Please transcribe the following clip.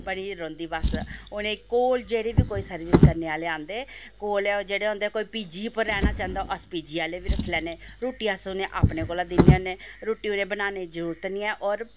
बनी दी रौंह्दी बस उ'नें ई कोल जेह्ड़े बी कोई सर्विस करने आह्ले औंदे कोल जेह्डे़ होंदे कोई पीजी पर रौह्ना चांह्दा अस पीजी आह्ले बी रक्खी लैने रुट्टी अस उ'नें ई अपने कोला दिंदे होने रुट्टी उ'नें ई बनाने दी जरूरत निं ऐ होर